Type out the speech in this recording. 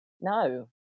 no